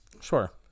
Sure